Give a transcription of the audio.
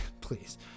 please